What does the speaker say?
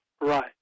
Right